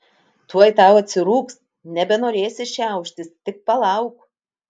tuoj tau atsirūgs nebenorėsi šiauštis tik palauk